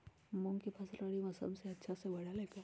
मूंग के फसल रबी मौसम में अच्छा से बढ़ ले का?